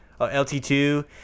LT2